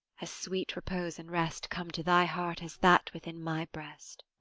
as sweet repose and rest come to thy heart as that within my breast!